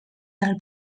del